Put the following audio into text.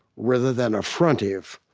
rather than affrontive.